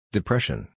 Depression